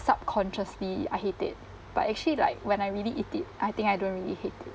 subconsciously I hate it but actually like when I really eat it I think I don't really hate